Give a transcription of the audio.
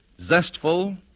Zestful